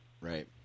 Right